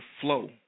flow